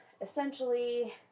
essentially